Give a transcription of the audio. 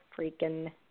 freaking